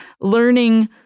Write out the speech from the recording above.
learning